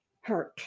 hurt